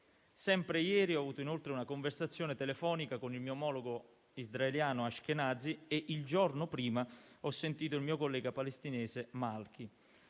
Sempre ieri ho avuto, inoltre, una conversazione telefonica con il mio omologo israeliano Ashkenazi e il giorno prima ho sentito il mio collega palestinese Malki.